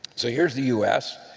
so here's the u s.